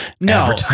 No